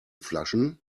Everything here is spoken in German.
flaschen